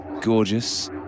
gorgeous